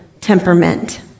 temperament